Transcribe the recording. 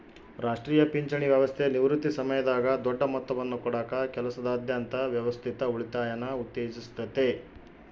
ರಾಷ್ಟ್ರೀಯ ಪಿಂಚಣಿ ವ್ಯವಸ್ಥೆ ನಿವೃತ್ತಿ ಸಮಯದಾಗ ದೊಡ್ಡ ಮೊತ್ತವನ್ನು ಕೊಡಕ ಕೆಲಸದಾದ್ಯಂತ ವ್ಯವಸ್ಥಿತ ಉಳಿತಾಯನ ಉತ್ತೇಜಿಸುತ್ತತೆ